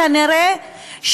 כנראה,